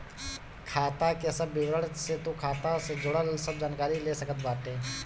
खाता के सब विवरण से तू खाता से जुड़ल सब जानकारी ले सकत बाटअ